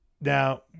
Now